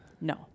No